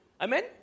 Amen